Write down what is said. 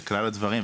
לכלל הדברים,